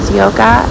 yoga